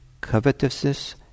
covetousness